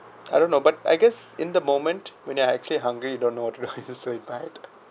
I don't know but I guess in the moment when you're actually hungry you don't know whats's real so you buy